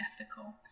ethical